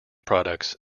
products